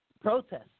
protests